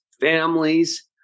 families